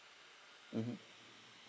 mmhmm